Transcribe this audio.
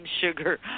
sugar